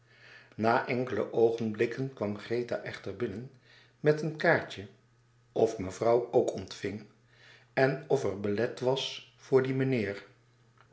na enkele oogenblikken kwam greta echter binnen met een kaartje of mevrouw ook ontving en of er belet was voor dien meneer